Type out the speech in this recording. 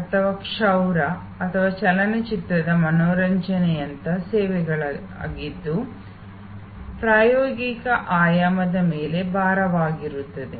ಅಥವಾ ಕ್ಷೌರ ಅಥವಾ ಚಲನಚಿತ್ರದ ಮನರಂಜನೆಯಂತಹ ಸೇವೆಗಳಾಗಿದ್ದು ಪ್ರಾಯೋಗಿಕ ಆಯಾಮದ ಮೇಲೆ ಭಾರವಾಗಿರುತ್ತದೆ